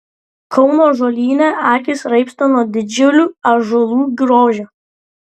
kauno ąžuolyne akys raibsta nuo didžiulių ąžuolų grožio